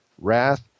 wrath